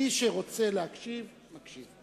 מי שרוצה להקשיב, מקשיב.